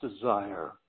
desire